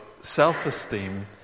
self-esteem